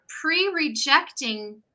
pre-rejecting